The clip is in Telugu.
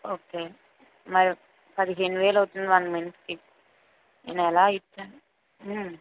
ఓకే పదిహేను వేలు అవుతుంది వన్ మంత్కి నేను ఎలా ఇచ్చాను